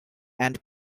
and